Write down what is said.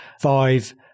five